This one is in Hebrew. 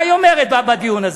ציפי לבני, מה היא אומרת בדיון הזה?